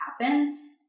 happen